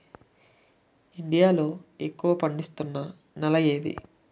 India లో ఎక్కువ పండిస్తున్నా నేల ఏది?